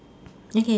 okay